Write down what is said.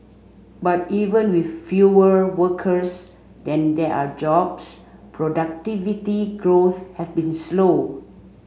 but even with fewer workers than there are jobs productivity growth has been slow